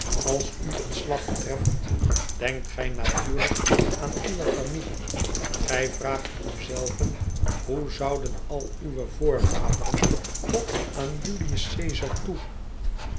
als u een slag treft denkt gij natuurlijk aan uwe familie gij vraagt u zelven hoe zouden al uwe voorvaderen tot aan julius cesar toe